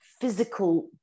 physical